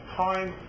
time